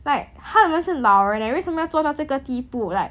like 他们是老人 eh 为什么要做到这个地步 like